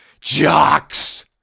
jocks